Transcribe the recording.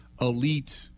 Elite